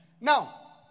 Now